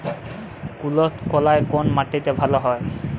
কুলত্থ কলাই কোন মাটিতে ভালো হয়?